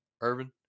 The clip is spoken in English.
Irvin